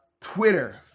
Twitter